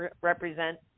represent